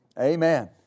Amen